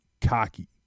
cocky